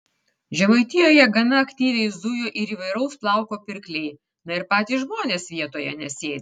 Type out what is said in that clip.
žemaitijoje gana aktyviai zujo ir įvairaus plauko pirkliai na ir patys žmonės vietoje nesėdi